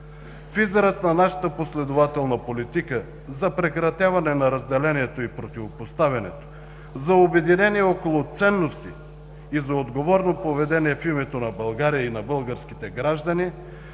израз на нашата последователна политика за прекратяване на разделението и противопоставянето, за обединение около ценности и за отговорно поведение в името на България и на българските граждани